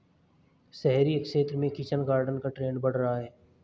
शहरी क्षेत्र में किचन गार्डन का ट्रेंड बढ़ रहा है